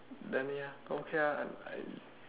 then ya okay lah